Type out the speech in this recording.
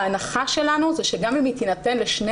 ההנחה שלנו היא שגם אם היא תינתן לשני